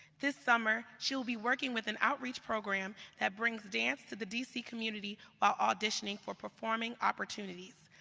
this summer she will be working with an outreach program that brings dance to the d c. community while auditioning for performing opportunities.